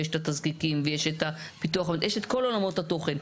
ויש את התזקיקים ואת כל עולמות התוכן,